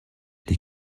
les